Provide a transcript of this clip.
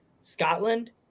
Scotland